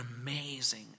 amazing